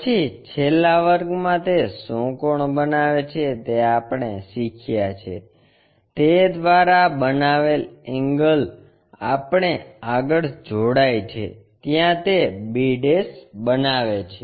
પછી છેલ્લા વર્ગમાં તે શું કોણ બનાવે છે તે આપણે શીખ્યા છે તે દ્વારા બનાવેલ એંગલ આપણે આગળ જોડાય છે ત્યાં તે b બનાવે છે